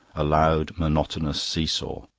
a loud, monotonous see-saw.